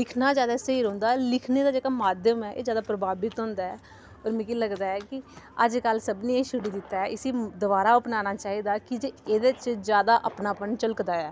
लिखना ज्यादा स्हेई रौंह्दा ऐ लिखने दा जेह्का माध्यम ऐ एह् ज्यादा प्रभावित होंदा ऐ होर मिगी लगदा ऐ कि अज्जकल सभनें एह् छुड़ी दित्ता ऐ इसी दबारा अपनाना चाहि्दा की जे एह्दे च ज्यादा अपनापन झलकदा ऐ